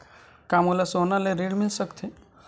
का मोला सोना ले ऋण मिल सकथे?